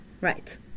Right